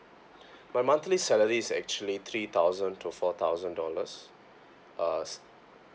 my monthly salary is actually three thousand to four thousand dollars uh